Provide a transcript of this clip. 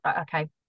okay